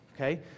okay